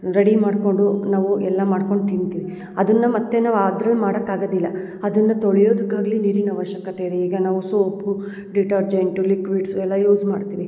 ready ಮಾಡ್ಕೊಂಡು ನಾವು ಎಲ್ಲ ಮಾಡ್ಕೊಂಡು ತಿಂತೀವಿ ಅದನ್ನ ಮತ್ತು ನಾವು ಆದರೆ ಮಾಡಕ್ಕಾಗದಿಲ್ಲ ಅದನ್ನ ತೊಳೆಯೋದಕ್ಕಾಗ್ಲಿ ನೀರಿನ ಆವಶ್ಯಕತೆ ಇದೆ ಈಗ ನಾವು ಸೋಪು ಡಿಟರ್ಜೆಂಟು ಲಿಕ್ವಿಡ್ಸು ಎಲ್ಲ ಯೂಸ್ ಮಾಡ್ತೀವಿ